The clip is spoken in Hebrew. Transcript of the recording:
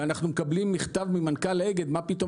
אנחנו מקבלים מכתב ממנכ"ל אגד מה פתאום